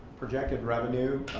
projected revenue,